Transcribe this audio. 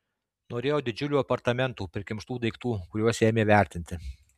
norėjo didžiulių apartamentų prikimštų daiktų kuriuos ėmė vertinti